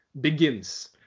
begins